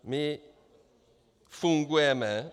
My fungujeme.